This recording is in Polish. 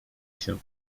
się